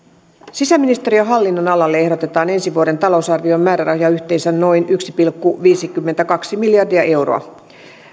sisäministeriön hallinnonalalle ehdotetaan ensi vuoden talousarvioon määrärahoja yhteensä noin yksi pilkku viisikymmentäkaksi miljardia euroa